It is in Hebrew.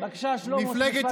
בבקשה, שלמה, משפט אחרון.